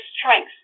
strength